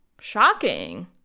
Shocking